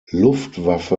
luftwaffe